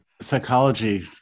psychology